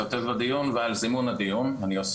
לאסף ויננגרד ולרועי גולדשמיט שעשו לנו עבודה טובה של סינתזה